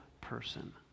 person